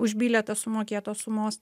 už bilietą sumokėtos sumos